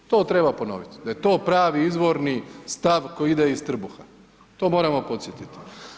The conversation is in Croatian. To treba ponoviti, da je to pravni izvorni stav koji ide iz trbuha, to moramo podsjetiti.